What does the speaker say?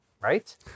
Right